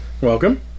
Welcome